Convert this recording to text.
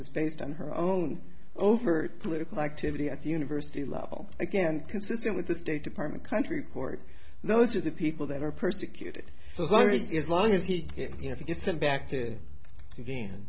was based on her own overt political activity at the university level again consistent with the state department country court those are the people that are persecuted so there it is long as he gets them back to you